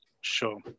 sure